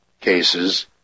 cases